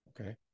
okay